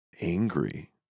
angry